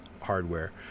hardware